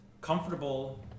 comfortable